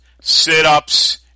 sit-ups